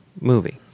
movie